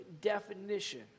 definition